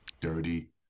dirty